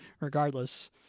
regardless